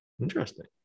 Interesting